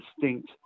distinct